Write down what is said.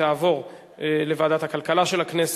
לוועדת הכלכלה נתקבלה.